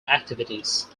activities